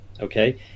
Okay